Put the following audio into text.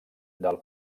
del